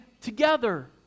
together